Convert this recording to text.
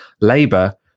Labour